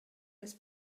las